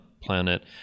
planet